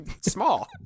small